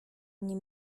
mnie